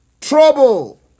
trouble